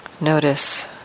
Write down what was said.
notice